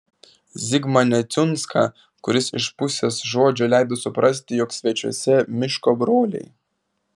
zigmą neciunską kuris iš pusės žodžio leido suprasti jog svečiuose miško broliai